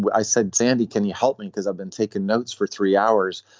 but i said sandy can you help me because i've been taking notes for three hours.